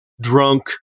drunk